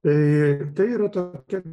tai tai yra tokia